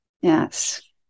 Yes